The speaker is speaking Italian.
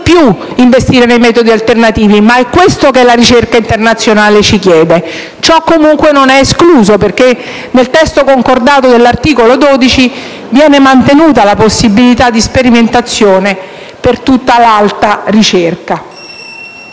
più investire nei metodi alternativi, ma è quello che ci chiede di fare la ricerca internazionale. Ciò comunque non è escluso, perché nel testo concordato dell'articolo 12 viene mantenuta la possibilità di sperimentazione per tutta l'alta ricerca.